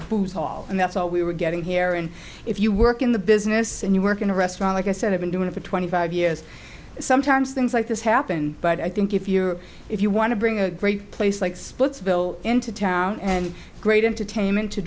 hall and that's all we were getting here and if you work in the business and you work in a restaurant like i said i've been doing it for twenty five years sometimes things like this happen but i think if you're if you want to bring a great place like splitsville into town and great entertainment to